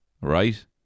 right